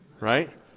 right